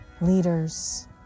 leaders